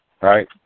right